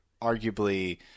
arguably